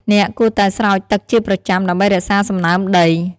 អ្នកគួរតែស្រោចទឹកជាប្រចាំ ដើម្បីរក្សាសំណើមដី។